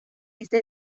ese